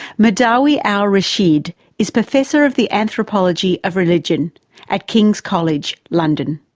madawi al-rasheed is professor of the anthropology of religion at king's college, london.